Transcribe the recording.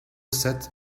sept